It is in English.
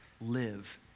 live